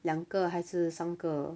两个还是三个